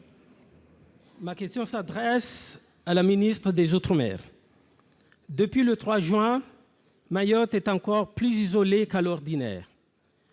Ma question s'adresse à Mme la ministre des outre-mer. Depuis le 3 juin, Mayotte est encore plus isolée qu'à l'ordinaire.